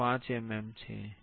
5 mm છે